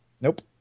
Nope